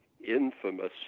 infamous